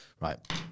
Right